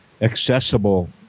accessible